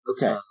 Okay